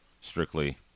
strictly